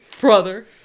brother